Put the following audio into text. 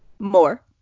More